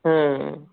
ಹ್ಞೂ